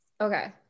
Okay